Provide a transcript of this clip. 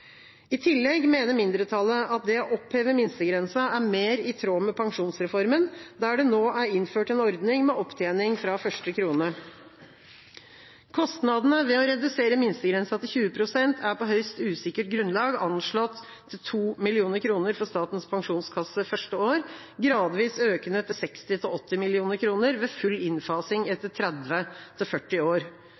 I tillegg mener mindretallet at det å oppheve minstegrensa er mer i tråd med pensjonsreformen, der det nå er innført en ordning med opptjening fra første krone. Kostnadene ved å redusere minstegrensa til 20 pst. er på høyst usikkert grunnlag anslått til 2 mill. kr for Statens pensjonskasse første år, gradvis økende til 60–80 mill. kr ved full innfasing etter 30–40 år. På samme usikre grunnlag anslås utgiftene for de andre ordningene til